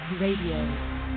Radio